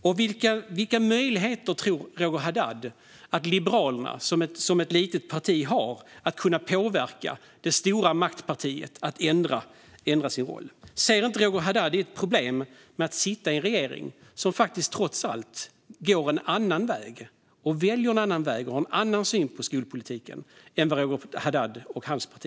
Och vilka möjligheter tror Roger Haddad att Liberalerna som ett litet parti har att påverka det stora maktpartiet att ändra sin roll? Ser inte Roger Haddad något problem med att samarbeta med en regering som trots allt väljer en annan väg och har en annan syn på skolpolitiken än Roger Haddad och hans parti?